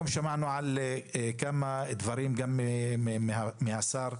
שמענו היום על כמה דברים מסגן השרה.